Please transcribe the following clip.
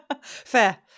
Fair